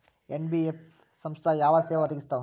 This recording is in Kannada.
ಎನ್.ಬಿ.ಎಫ್ ಸಂಸ್ಥಾ ಯಾವ ಸೇವಾ ಒದಗಿಸ್ತಾವ?